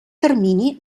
termini